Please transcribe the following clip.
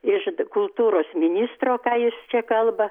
iš kultūros ministro ką jis čia kalba